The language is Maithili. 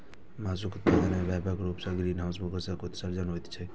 मासुक उत्पादन मे व्यापक रूप सं ग्रीनहाउस गैसक उत्सर्जन होइत छैक